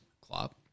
Klopp